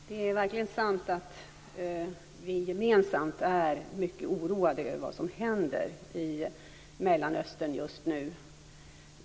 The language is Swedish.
Herr talman! Det är verkligen sant att vi gemensamt är mycket oroade över vad som händer i Mellanöstern just nu.